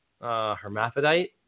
Hermaphrodite